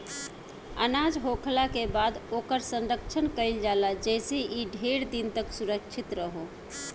अनाज होखला के बाद ओकर संरक्षण कईल जाला जेइसे इ ढेर दिन तक सुरक्षित रहो